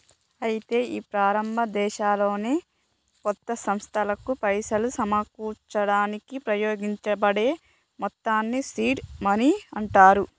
అయితే ఈ ప్రారంభ దశలోనే కొత్త సంస్థలకు పైసలు సమకూర్చడానికి ఉపయోగించబడే మొత్తాన్ని సీడ్ మనీ అంటారు